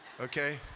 Okay